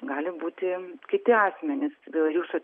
gali būti kiti asmenys dėl jūsų